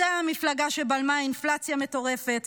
אותה מפלגה שבלמה אינפלציה מטורפת,